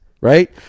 right